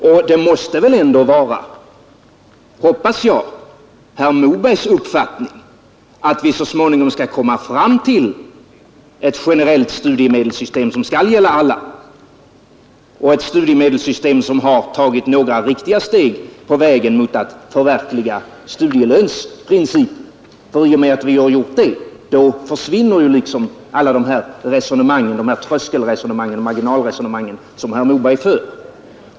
Och det måste väl ändå vara — hoppas jag — herr Mobergs uppfattning att vi så småningom skall komma fram till ett generellt studielöneprincipen. I och med det försvinner ju alla tröskelresonemang tagit några steg på den riktiga vägen mot ett förverkligande av studielönsprincipen. I och med det försvinner ju alla tröskelresonemang och marginalresonemang som herr Moberg för.